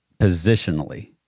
positionally